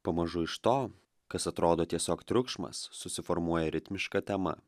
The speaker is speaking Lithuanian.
pamažu iš to kas atrodo tiesiog triukšmas susiformuoja ritmiška tema